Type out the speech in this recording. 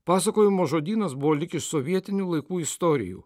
pasakojimo žodynas buvo lyg iš sovietinių laikų istorijų